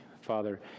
father